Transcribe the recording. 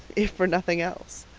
if for nothing else.